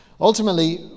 Ultimately